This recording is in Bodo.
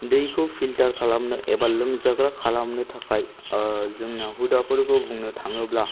दैखौ फिल्टार खालामनो एबा लोंजाग्रा खालामनो थाखाय जोंना हुदाफोरखौ बुंनो थाङोब्ला